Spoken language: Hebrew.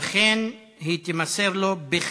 ולכן התשובה תימסר לו בכתב.